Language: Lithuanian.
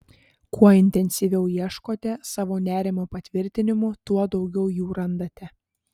kuo intensyviau ieškote savo nerimo patvirtinimų tuo daugiau jų randate